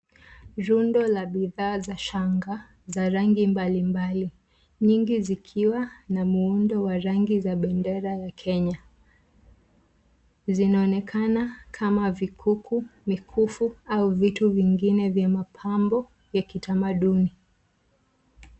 Rundo la bidhaa za shanga za rangi mbalimbali nyingi zikiwa na muundo wa rangi za bendera ya Kenya. Zinaonekana kama vikuku , mikufu au vitu vingine vya mapambo ya kitamaduni.